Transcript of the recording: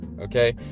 okay